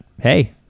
hey